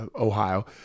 Ohio